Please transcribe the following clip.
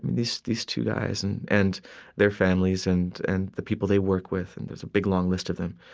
these these two guys and and their families and and the people they work with, and there's a big long list of them,